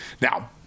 Now